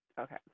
Okay